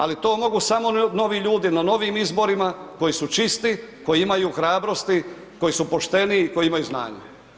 Ali to mogu samo novi ljudi na novim izborima, koji su čisti, koji imaju hrabrosti, koji su pošteni i koji imaju znanja.